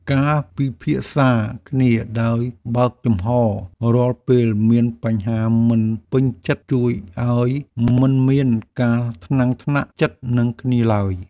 ការពិភាក្សាគ្នាដោយបើកចំហររាល់ពេលមានបញ្ហាមិនពេញចិត្តជួយឱ្យមិនមានការថ្នាំងថ្នាក់ចិត្តនឹងគ្នាឡើយ។